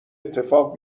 اتفاق